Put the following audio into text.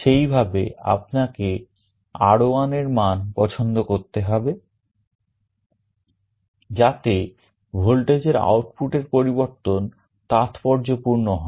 সেই ভাবে আপনাকে R1 এর মান পছন্দ করতে হবে যাতে ভোল্টেজের আউটপুটের পরিবর্তন তাৎপর্যপূর্ণ হয়